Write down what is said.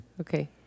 Okay